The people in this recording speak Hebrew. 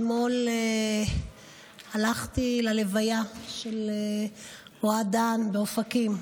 אתמול הלכתי ללוויה של אוהד דהן באופקים.